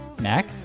Mac